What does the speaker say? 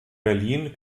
berlin